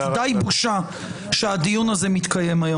די בושה שהדיון הזה מתקיים היום.